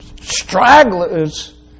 stragglers